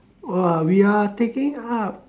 !wah! we are taking up